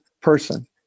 person